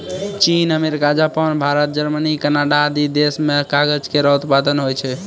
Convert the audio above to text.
चीन, America, Japan, Bharat, Germany, Canada आदि देस म कागज केरो उत्पादन होय छै